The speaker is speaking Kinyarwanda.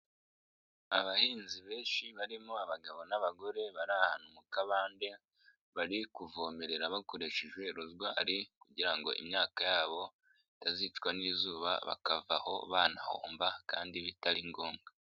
Abahinzi benshi barimo abagabo n'abagore bari ahantu mu kabande, bari kuvomerera bakoresheje rozwari kugira ngo imyaka yabo, itazicwa n'izuba bakavaho banahomba kandi bitari ngombwa.